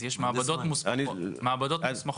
מעבדות מוסמכות.